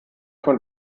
von